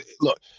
look